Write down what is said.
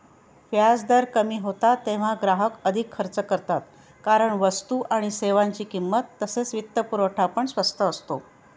व्याजदर कमी होतात तेव्हा ग्राहक अधिक खर्च करतात कारण वस्तू आणि सेवांची किंमत तसेच वित्तपुरवठा पण स्वस्त असतो